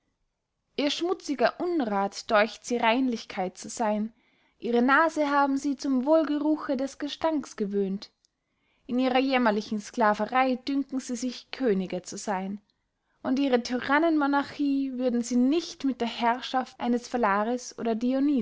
ihr schmutziger unrath deucht sie reinlichkeit zu seyn ihre nase haben sie zum wohlgeruche des gestanks gewöhnt in ihrer jämmerlichen sclaverey dünken sie sich könige zu seyn und ihre tyrannenmonarchie würden sie nicht mit der herrschaft eines phalaris oder